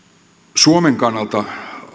suomen kannalta